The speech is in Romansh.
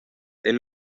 ein